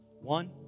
One